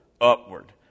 upward